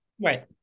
Right